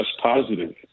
positive